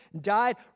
died